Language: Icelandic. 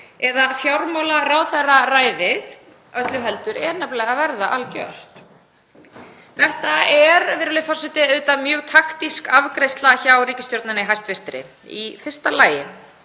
eða fjármálaráðherraræðið öllu heldur er nefnilega að verða algjört. Þetta er, virðulegur forseti, auðvitað mjög taktísk afgreiðsla hjá ríkisstjórninni. Í fyrsta lagi